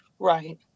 Right